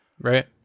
Right